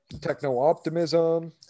techno-optimism